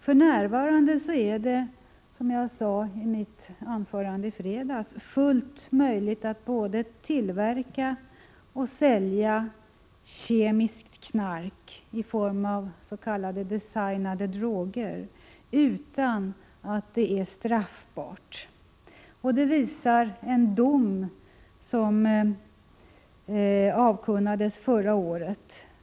För närvarande är det, som jag sade i mitt anförande i fredags, fullt möjligt att både tillverka och sälja kemiskt knark i form av s.k. designade droger utan att det är straffbart. Det visar en dom som avkunnades förra året.